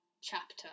chapter